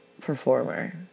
performer